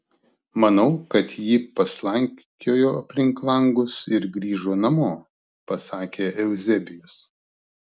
manau kad ji paslankiojo aplink langus ir grįžo namo pasakė euzebijus